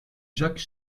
jacques